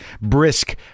brisk